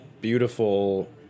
beautiful